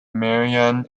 merion